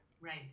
Right